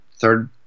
third